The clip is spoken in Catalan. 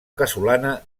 casolana